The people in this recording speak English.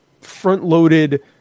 front-loaded